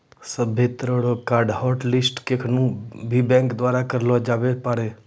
सभ्भे तरह रो कार्ड के हाटलिस्ट केखनू भी बैंक द्वारा करलो जाबै पारै